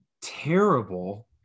terrible